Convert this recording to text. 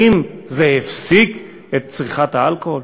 האם זה הפסיק את צריכת האלכוהול?